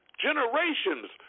Generations